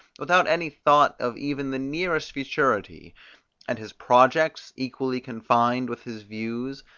without any thought of even the nearest futurity and his projects, equally confined with his views,